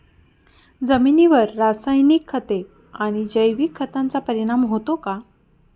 जमिनीवर रासायनिक खते आणि जैविक खतांचा परिणाम होतो का?